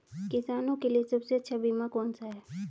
किसानों के लिए सबसे अच्छा बीमा कौन सा है?